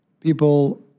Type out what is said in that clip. people